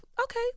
okay